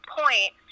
point